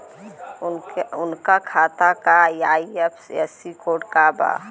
उनका खाता का आई.एफ.एस.सी कोड का बा?